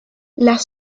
las